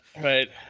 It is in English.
right